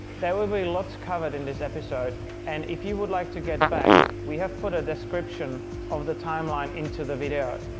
there will be lots covered in this episode and if you would like to get back we have put a description of the timeline into the video.